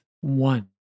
one